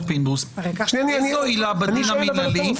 פינדרוס - בדין המינהלי --- אני שואל אותו.